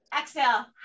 exhale